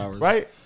Right